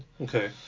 okay